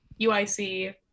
UIC